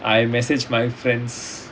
I message my friends